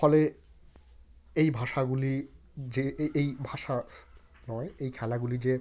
ফলে এই ভাষাগুলি যে এই এই ভাষা নয় এই খেলাগুলি যে